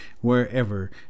wherever